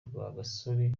rwagasore